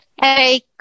Hey